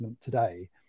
today